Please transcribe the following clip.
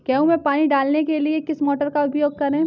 गेहूँ में पानी डालने के लिए किस मोटर का उपयोग करें?